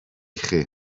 chi